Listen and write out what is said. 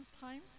Time